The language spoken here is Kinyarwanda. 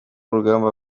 urugamba